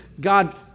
God